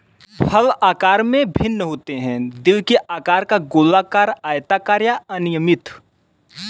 फल आकार में भिन्न होते हैं, दिल के आकार का, गोलाकार, आयताकार या अनियमित